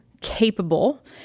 capable